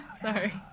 Sorry